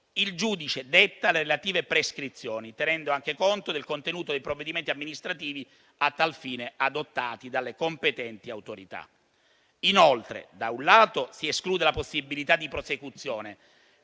il giudice detta le relative prescrizioni, tenendo anche conto del contenuto dei provvedimenti amministrativi a tal fine adottati dalle competenti autorità. Inoltre, da un lato si esclude la possibilità di prosecuzione